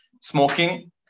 smoking